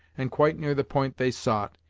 and quite near the point they sought,